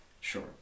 Sure